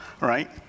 Right